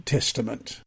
Testament